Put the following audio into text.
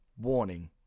Warning